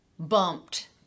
bumped